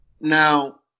now